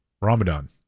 Ramadan